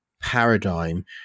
paradigm